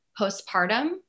postpartum